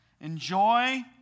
Enjoy